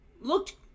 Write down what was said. looked